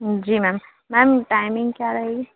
जी ma'am ma'am timing क्या रहेगी